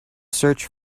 search